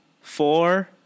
four